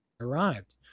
arrived